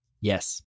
Yes